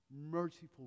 merciful